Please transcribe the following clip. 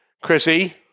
Chrissy